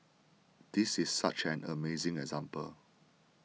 this is such an amazing example